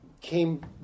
came